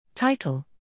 Title